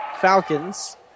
Falcons